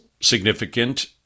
significant